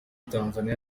tanzania